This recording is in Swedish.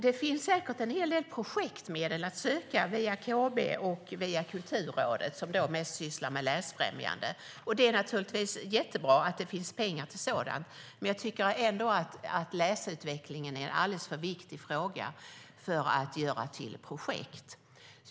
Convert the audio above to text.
Det finns säkert en hel del projektmedel att söka via KB och via Kulturrådet, som mest sysslar med läsfrämjande. Det är naturligtvis jättebra att det finns pengar till sådant, men jag tycker ändå att läsutveckling är en alldeles för viktig fråga för att göras till ett projekt.